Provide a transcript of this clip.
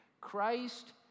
Christ